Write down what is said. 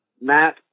Matt